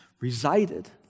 resided